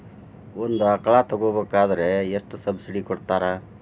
ಒಂದು ಆಕಳ ತಗೋಬೇಕಾದ್ರೆ ಎಷ್ಟು ಸಬ್ಸಿಡಿ ಕೊಡ್ತಾರ್?